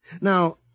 Now